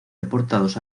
deportados